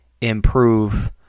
improve